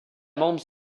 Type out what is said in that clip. membres